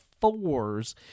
fours